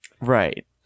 right